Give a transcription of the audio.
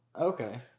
Okay